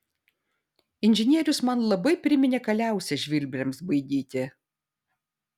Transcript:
inžinierius man labai priminė kaliausę žvirbliams baidyti